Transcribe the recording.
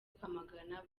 kwamagana